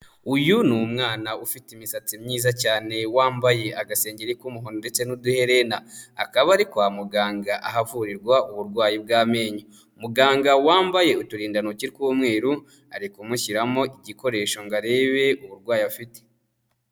Uyu ni umwana ufite imisatsi myiza cyane wambaye agasengengeri k'umuhondo ndetse n'uduheren, akaba ari kwa muganga ahavurirwa uburwayi bw'amenyo, muganga wambaye uturindantoki tw'umweru ari kumushyiramo igikoresho ngo arebe uburwayi afite.